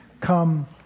Come